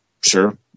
sure